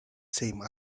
same